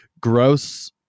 gross